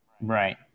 Right